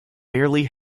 barely